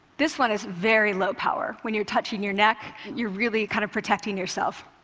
this one is very low-power. when you're touching your neck, you're really kind of protecting yourself.